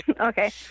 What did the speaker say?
Okay